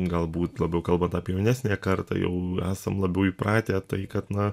galbūt labiau kalbant apie jaunesniąją kartą jau esam labiau įpratę tai kad na